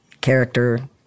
character